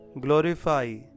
glorify